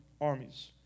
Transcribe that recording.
armies